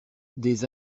des